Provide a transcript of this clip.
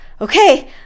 okay